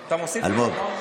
אלמוג.